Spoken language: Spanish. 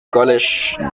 college